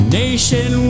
nation